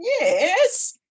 yes